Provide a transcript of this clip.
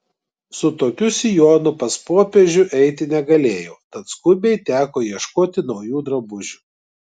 su tokiu sijonu pas popiežių eiti negalėjau tad skubiai teko ieškoti naujų drabužių